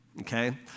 okay